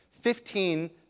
Fifteen